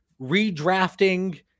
redrafting